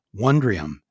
Wondrium